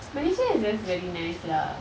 malaysia is just very nice lah